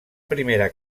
primera